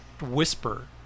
whisper